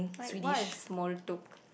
like what is Smol-Tok